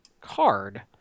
card